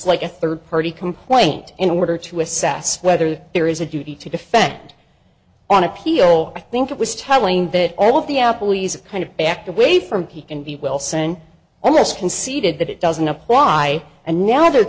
like a third party complaint in order to assess whether there is a duty to defend on appeal i think it was telling that all of the apple users kind of backed away from he can be will saying almost conceded that it doesn't apply and now othe